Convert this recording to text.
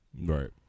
Right